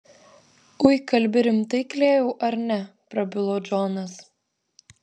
ui kalbi rimtai klėjau ar ne prabilo džonas